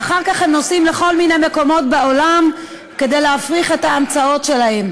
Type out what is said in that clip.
ואחר כך הם נוסעים לכל מיני מקומות בעולם כדי להפריח את ההמצאות שלהם.